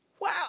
Wow